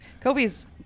Kobe's